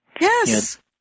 Yes